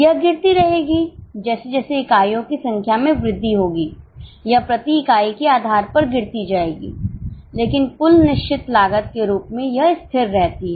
यह गिरती रहेगी जैसे जैसे इकाइयों की संख्या में वृद्धि होगी यह प्रति इकाई के आधार पर गिरती जाएगी लेकिन कुल निश्चित लागत के रूप में यह स्थिर रहती है